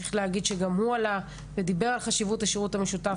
וצריך להגיד שגם הוא עלה ודיבר על חשיבות השירות המשותף,